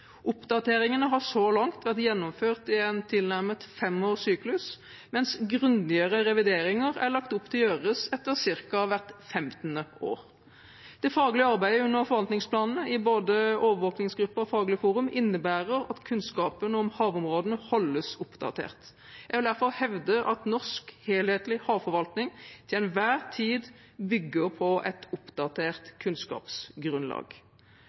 Oppdateringene har så langt vært gjennomført i en tilnærmet femårs syklus, mens grundigere revideringer er lagt opp til å gjøres etter ca. hvert 15. år. Det faglige arbeidet under forvaltningsplanene, i både Overvåkingsgruppen og Faglig forum, innebærer at kunnskapen om havområdene holdes oppdatert. Jeg vil derfor hevde at norsk helhetlig havforvaltning til enhver tid bygger på et oppdatert kunnskapsgrunnlag.